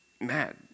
mad